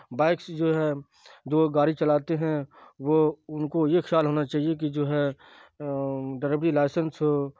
bike سے جو ہے جو وہ گاڑی چلاتے ہیں وہ ان کو یہ خیال ہونا چاہیے کہ جو ہے ڈریبی لائسنس ہو